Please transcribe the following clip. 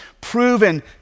proven